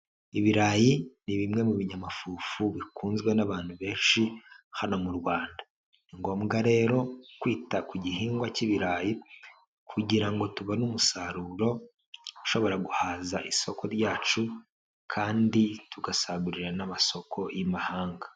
Ibirayi ni bimwe mu binyamafufu bikunzwe n'abantu benshi hano mu Rwanda, ni ngombwa rero kwita ku gihingwa k'ibirayi kugira ngo tubone umusaruro ushobora guhaza isoko ryacu kandi tugasagurira n'amasoko y'imahanga.